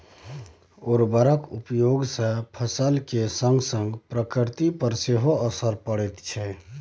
उर्वरकक उपयोग सँ फसल केर संगसंग प्रकृति पर सेहो असर पड़ैत छै